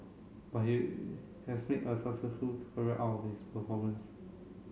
but he has made a successful career out of his performance